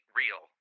real